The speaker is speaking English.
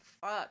Fuck